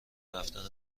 رفتن